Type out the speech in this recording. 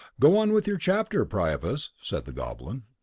go on with your chapter, priapus, said the goblin.